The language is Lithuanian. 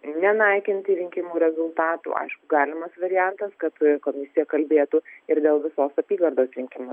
nenaikinti rinkimų rezultatų aišku galimas variantas kad komisija kalbėtų ir dėl visos apygardos rinkimų